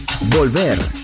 volver